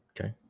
Okay